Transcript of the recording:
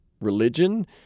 religion